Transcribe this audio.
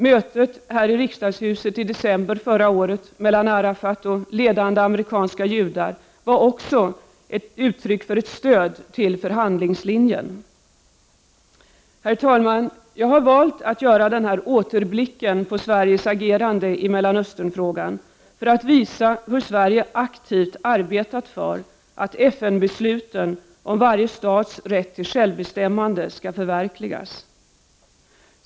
Mötet här i riksdagshuset i december förra året mellan Arafat och ledande amerikanska judar var också ett uttryck för ett stöd till förhandlingslinjen. Herr talman! Jag har valt att göra den här återblicken på Sveriges agerande i Mellanösternfrågan för att visa hur Sverige aktivt arbetat för att FN besluten om varje stats rätt till självbestämmande skall förverkligas.